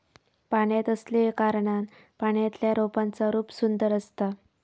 पाण्यात असल्याकारणान पाण्यातल्या रोपांचा रूप सुंदर असता